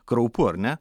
kraupu ar ne